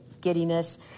giddiness